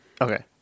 okay